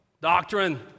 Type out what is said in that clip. doctrine